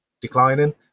declining